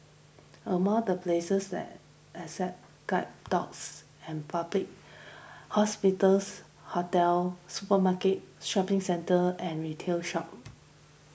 among the places that accept guide dogs and public hospitals hotels supermarkets shopping centres and retail stores